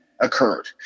Occurred